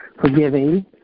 forgiving